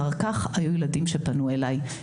אחר כך היו ילדים שפנו אליי.